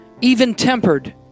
even-tempered